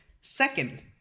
second